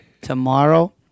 tomorrow